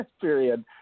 Period